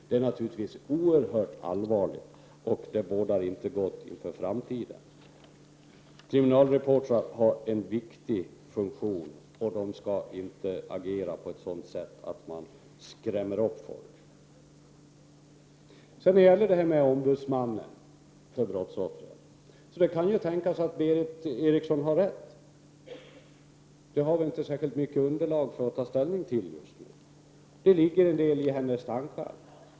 Det är naturligtvis oerhört allvarligt, och det bådar inte gott för framtiden. Kriminalreportrar har en viktig funktion, och de skall inte agera på ett sådant sätt att de skrämmer upp folk. När det gäller en ombudsman för brottsoffer kan det tänkas att Berith Eriksson har rätt. Det har vi inte mycket underlag för att ta ställning till just nu. Det ligger en del i hennes tankar.